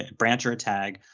ah branch or a tag,